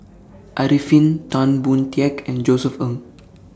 Arifin Tan Boon Teik and Josef Ng